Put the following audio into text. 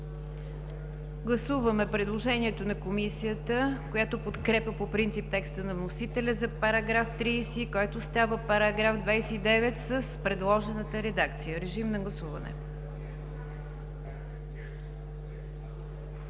Гласуваме предложението на Комисията, която подкрепя по принцип текста на вносителя за § 30, който става § 29, с предложената редакция. Гласували